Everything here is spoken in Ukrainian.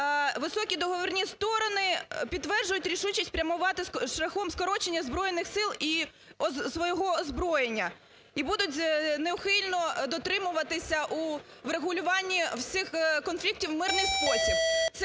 високі договірні сторони підтверджують рішучість прямувати шляхом скорочення Збройних Сил і свого озброєння і будуть неухильно дотримуватися у врегулюванні всіх конфліктів у мирний спосіб.